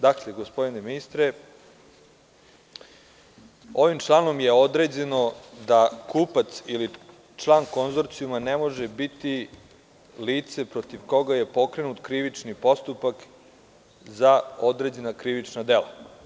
Dakle, gospodine ministre, ovim članom je određeno da kupac ili član konzorcijuma ne može biti lice protiv koga je pokrenut krivični postupak za određena krivična dela.